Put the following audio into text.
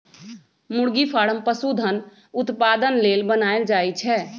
मुरगि फारम पशुधन उत्पादन लेल बनाएल जाय छै